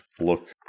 look